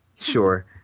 sure